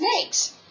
snakes